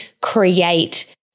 create